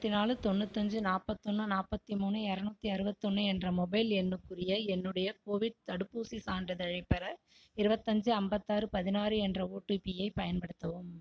அறுபத்தி நாலு தொண்ணுற்றி அஞ்சு நாற்பத்தி ஒன்று நாற்பத்தி மூணு இரநூத்தி அறுபத்தி ஒன்று என்ற மொபைல் எண்ணுக்குரிய என்னுடைய கோவிட் தடுப்பூசிச் சான்றிதழைப் பெற இருபத்தஞ்சி ஐம்பத் ஆறு பதினாறு என்ற ஒடிபி பயன்படுத்தவும்